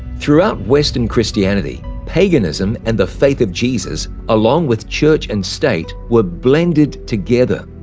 throughout western christianity, paganism and the faith of jesus along with church and state, were blended together.